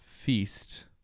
feast